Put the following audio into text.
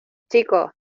chicos